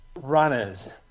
runners